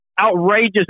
outrageous